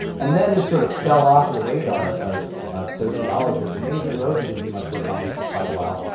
and then this sort of fell off of the radar of of sociologists and mazur and rosa didn't do much work on this for quite a while,